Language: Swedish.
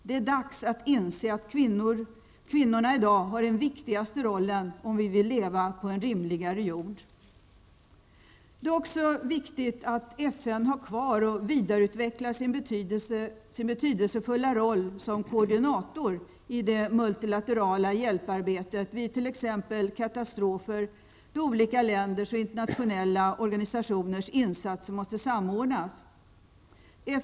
Det är dags att inse att kvinnorna i dag har den viktigaste rollen om vi vill leva på en rimligare jord. Det är också viktigt att FN har kvar och vidareutvecklar sin betydelsefulla roll som koordinator i det multilaterala hjälparbetet vid t.ex. katastrofer, då olika länders och internationella organisationers insatser måste samordnas.